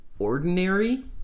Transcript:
ordinary